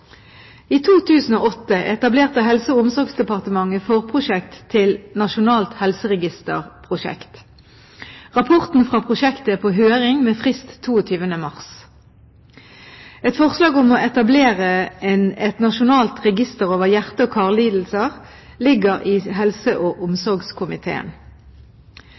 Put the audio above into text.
I 2008 etablerte Helse- og omsorgsdepartementet forprosjekt til Nasjonalt helseregisterprosjekt. Rapporten fra prosjektet er på høring, med frist 22. mars. Et forslag om å etablere et nasjonalt register over hjerte- og karlidelser ligger i helse- og omsorgskomiteen.